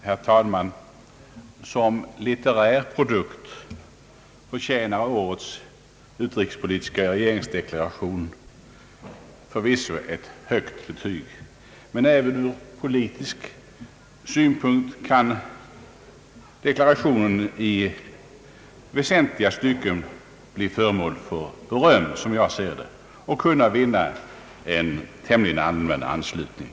Herr talman! Som litterär produkt förtjänar årets utrikespolitiska regeringsdeklaration förvisso ett högt betyg. Men även ur politisk synpunkt kan deklarationen i väsentliga stycken bli föremål för beröm, och den bör kunna vinna en tämligen allmän anslutning.